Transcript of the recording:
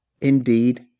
Indeed